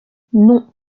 non